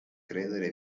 credere